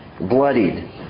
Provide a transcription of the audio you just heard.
bloodied